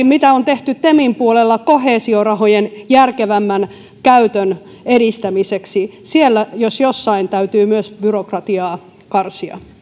mitä on tehty temin puolella koheesiorahojen järkevämmän käytön edistämiseksi siellä jos jossain täytyy myös byrokratiaa karsia